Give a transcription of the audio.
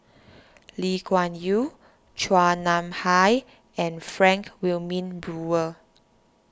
Lee Kuan Yew Chua Nam Hai and Frank Wilmin Brewer